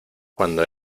cuando